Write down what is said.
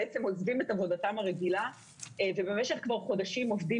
בעצם עוזבים את עבודתם הרגילה ובמשך כבר חודשים עובדים